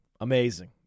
Amazing